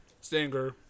stinger